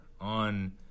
on